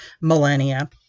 millennia